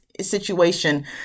situation